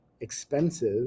expensive